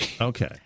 Okay